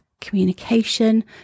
communication